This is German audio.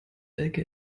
elke